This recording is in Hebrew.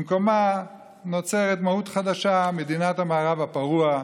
במקומה נוצרת מהות חדשה, מדינת המערב הפרוע,